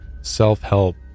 self-help